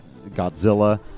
Godzilla